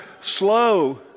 slow